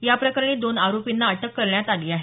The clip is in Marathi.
याप्रकरणी दोन आरोपींना अटक करण्यात आली आहे